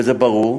וזה ברור,